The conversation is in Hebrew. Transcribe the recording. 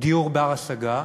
דיור בר-השגה,